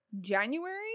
January